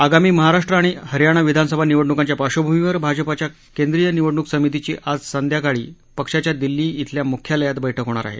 आगामी महाराष्ट्र आणि हरयाणा विधानसभा निवडणुकांच्या पार्बभूमीवर भाजपाच्या केंद्रीय निवडणुक समितीची आज संध्याकाळी पक्षाच्या दिल्ली इथल्या मुख्यालयात बैठक होणार आहे